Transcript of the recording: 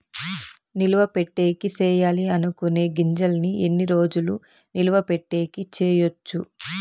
నిలువ పెట్టేకి సేయాలి అనుకునే గింజల్ని ఎన్ని రోజులు నిలువ పెట్టేకి చేయొచ్చు